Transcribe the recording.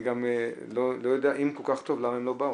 צריך גם לזכור שלא כולם בתחום, זאת אומרת